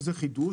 זה חידוש.